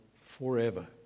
forever